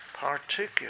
particular